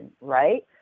right